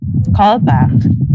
Callback